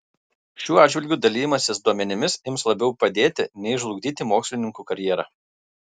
šiuo atžvilgiu dalijimasis duomenimis ims labiau padėti nei žlugdyti mokslininkų karjerą